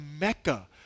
Mecca